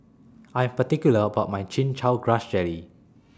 I Am particular about My Chin Chow Grass Jelly